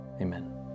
Amen